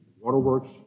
Waterworks